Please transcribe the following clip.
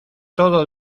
todo